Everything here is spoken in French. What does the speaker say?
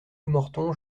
lemorton